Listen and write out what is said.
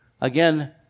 again